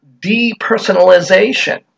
depersonalization